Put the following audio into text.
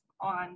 on